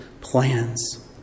plans